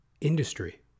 industry